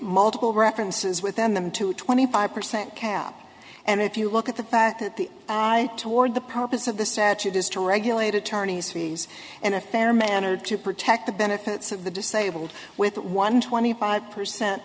multiple references with them to twenty five percent cap and if you look at the fact that the eye toward the purpose of the statute is to regulate attorneys fees in a fair manner to protect the benefits of the disabled with one twenty five percent